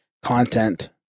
content